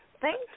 Thank